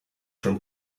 from